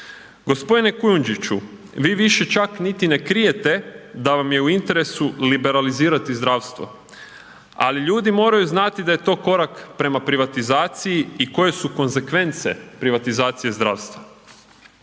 jasno. g. Kujundžiću, vi više čak niti ne krijete da vam je u interesu liberalizirati zdravstvo, ali ljudi moraju znati da je to korak prema privatizaciji i koje su konzekvence privatizacije zdravstva.